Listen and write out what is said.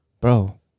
Bro